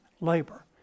labor